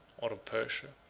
or of persia.